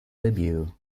debut